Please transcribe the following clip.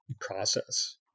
process